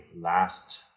last